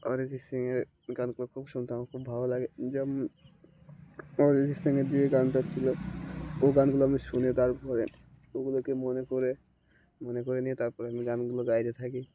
অরিজিৎ সিংয়ের গানগুলো খুব শুনতে আমার খুব ভালো লাগে যেমন অরিজিৎ সিংয়ের যে গানটা ছিলো ও গানগুলো আমি শুনে তারপরে ওগুলোকে মনে করে মনে করে নিয়ে তারপরে আমি গানগুলো গাইতে থাকি